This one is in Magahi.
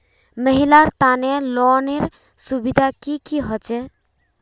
महिलार तने लोनेर सुविधा की की होचे?